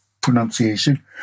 pronunciation